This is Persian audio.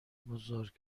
بزرگ